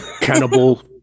Cannibal